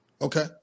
okay